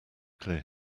clear